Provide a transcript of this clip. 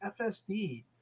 FSD